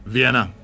Vienna